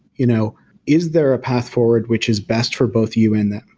you know is there a path forward which is best for both you and them?